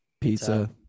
Pizza